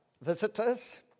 visitors